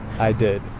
i did.